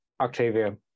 Octavia